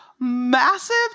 massive